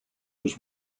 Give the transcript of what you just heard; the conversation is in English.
was